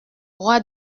roi